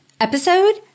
episode